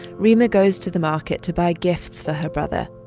reema goes to the market to buy gifts for her brother.